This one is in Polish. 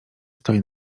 stoi